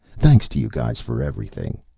thanks to you guys for everything.